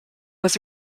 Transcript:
was